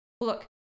look